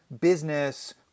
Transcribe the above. business